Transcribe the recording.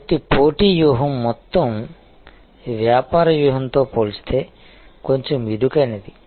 కాబట్టి పోటీ వ్యూహం మొత్తం వ్యాపార వ్యూహంతో పోల్చితే కొంచెం ఇరుకైనది